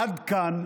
עד כאן.